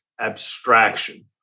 abstraction